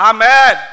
Amen